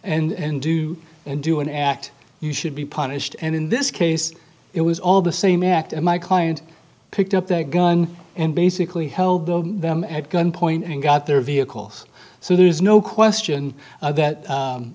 god and do and do an act you should be punished and in this case it was all the same act my client picked up their gun and basically held them at gunpoint and got their vehicles so there is no question that